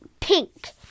pink